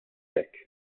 hekk